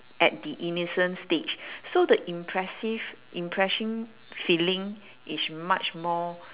at the innocent stage so the impressive impression feeling is much more